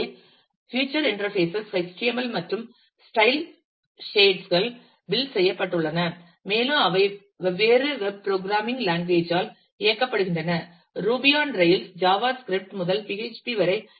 எனவே feature interfaces HTML மற்றும் style ஷேட்களுடன் பில்ட் செய்யப்பட்டுள்ளன மேலும் அவை வெவ்வேறு வெப் ப்ரோகிராமிங் லாங்குவேஜ் ஆல் இயக்கப்படுகின்றன Ruby on Rails JavaScript முதல் PHP வரை